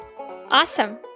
Awesome